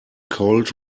colt